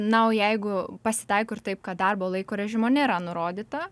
na o jeigu pasitaiko ir taip kad darbo laiko režimo nėra nurodyta